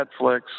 Netflix